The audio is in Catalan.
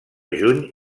juny